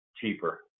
cheaper